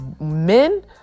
men